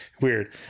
Weird